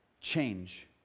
change